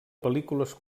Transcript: pel·lícules